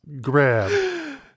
grab